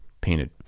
painted